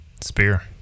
spear